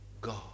God